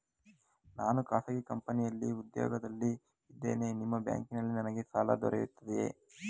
ನಾನು ಖಾಸಗಿ ಕಂಪನಿಯಲ್ಲಿ ಉದ್ಯೋಗದಲ್ಲಿ ಇದ್ದೇನೆ ನಿಮ್ಮ ಬ್ಯಾಂಕಿನಲ್ಲಿ ನನಗೆ ಸಾಲ ದೊರೆಯುತ್ತದೆಯೇ?